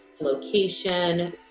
location